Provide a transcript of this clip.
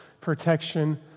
protection